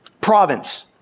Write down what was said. province